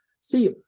see